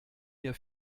mir